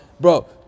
Bro